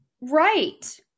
Right